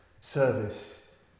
service